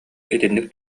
итинник